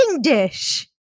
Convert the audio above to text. dish